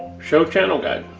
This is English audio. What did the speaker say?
show channel guide.